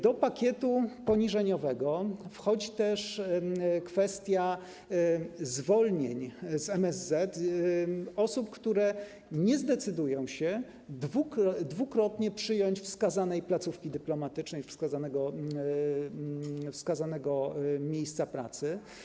Do pakietu poniżeniowego wchodzi też kwestia zwolnień z MSZ osób, które nie zdecydują się dwukrotnie przyjąć wskazanej placówki dyplomatycznej, wskazanego miejsca pracy.